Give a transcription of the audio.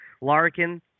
Larkin